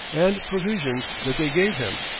and provisions that they gave him.